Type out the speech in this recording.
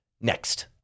next